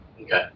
Okay